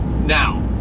now